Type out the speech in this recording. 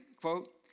quote